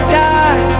die